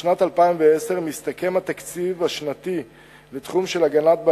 בשנת 2010 מסתכם התקציב השנתי בתחום של הגנה על בעלי-חיים,